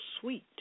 sweet